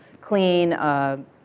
clean